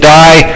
die